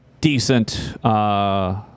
decent